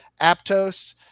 Aptos